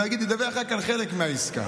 ונגיד ידווח רק על חלק מהעסקה.